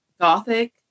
Gothic